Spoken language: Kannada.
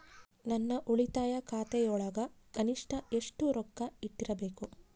ನನ್ನ ಉಳಿತಾಯ ಖಾತೆಯೊಳಗ ಕನಿಷ್ಟ ಎಷ್ಟು ರೊಕ್ಕ ಇಟ್ಟಿರಬೇಕು?